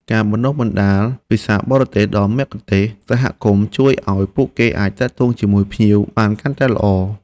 ការបណ្តុះបណ្តាលភាសាបរទេសដល់មគ្គុទ្ទេសក៍សហគមន៍ជួយឱ្យពួកគេអាចទាក់ទងជាមួយភ្ញៀវបានកាន់តែល្អ។